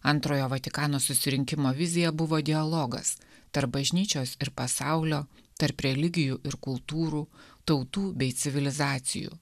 antrojo vatikano susirinkimo vizija buvo dialogas tarp bažnyčios ir pasaulio tarp religijų ir kultūrų tautų bei civilizacijų